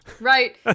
Right